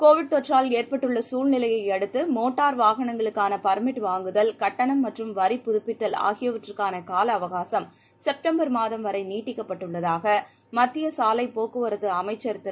Covid தொற்றால் ஏற்பட்டுள்ள சூழ்நிலையை அடுத்து மோட்டார் வாகனங்களுக்கான பர்மிட் வாங்குதல் கட்டணம் மற்றும் வரி புதுப்பித்தல் ஆகியவற்றக்கான கால அவகாசும் செப்டம்பர் மாதம் வரை நீட்டிக்கப்பட்டுள்ளதாக மத்திய சாலைப் போக்குவரத்து அமைச்சர் திரு